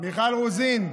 מיכל רוזין,